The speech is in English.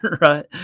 Right